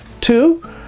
Two